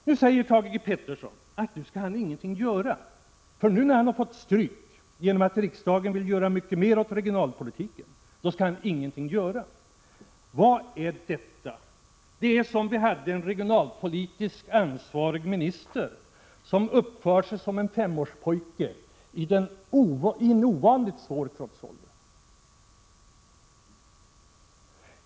Nu säger Thage G. Peterson att han inte skall göra någonting, eftersom han har fått stryk genom att riksdagen vill göra mycket mera åt regionalpolitiken. Vad är detta? Det ser ut som om vi har en regionalpolitiskt ansvarig minister som uppför sig som en S-årig pojke i en ovanligt svår trotsålder.